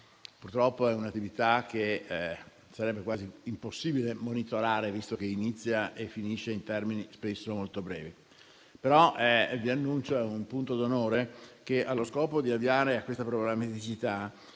Purtroppo è un'attività che sarebbe quasi impossibile monitorare, visto che inizia e finisce in termini spesso molto brevi. Però vi annuncio - questo è un punto d'onore - che, allo scopo di ovviare a questa problematicità,